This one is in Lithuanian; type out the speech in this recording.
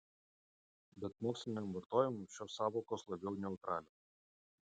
bet moksliniam vartojimui šios sąvokos labiau neutralios